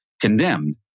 condemned